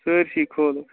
سٲرِسٕے کھولُک